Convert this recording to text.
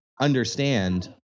understand